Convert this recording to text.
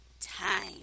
Time